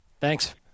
Thanks